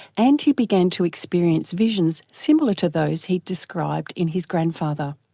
and he began to experience visions similar to those he'd described in his grandfather.